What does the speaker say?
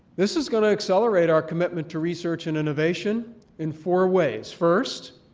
this is going to accelerate our commitment to research and innovation in four ways. first,